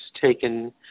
taken